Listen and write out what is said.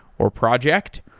or project.